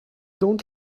don’t